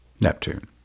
Neptune